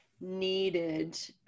needed